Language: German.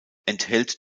enthält